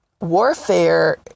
warfare